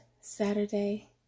Saturday